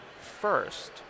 first